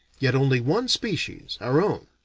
yet only one species, our own,